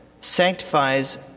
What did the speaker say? sanctifies